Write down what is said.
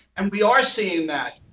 and we are seeing that.